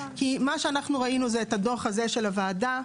כי מה שאנחנו ראינו זה את הדוח הזה של הוועדה.